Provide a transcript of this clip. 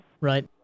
Right